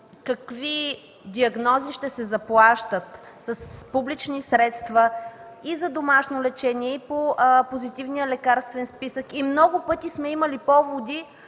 какви диагнози ще се заплащат с публични средства и за домашно лечение, и по Позитивния лекарствен списък. Много пъти сме имали поводи